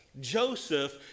Joseph